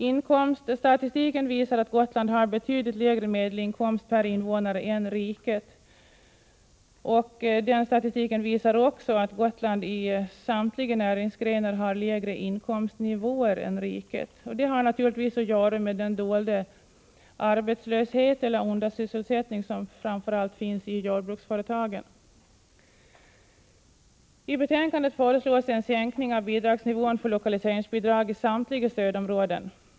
Inkomststatistiken visar att Gotland har betydligt lägre medelinkomst per invånare än riket som helhet. Samma statistik visar också att Gotland i samtliga näringsgrenar har lägre inkomstnivåer än riket i övrigt. Detta har naturligtvis att göra med den dolda arbetslöshet eller undersysselsättning som framför allt finns i jordbruksföretagen. I betänkandet föreslås en sänkning av bidragsnivån för lokaliseringsbidrag i samtliga stödområden.